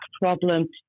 problem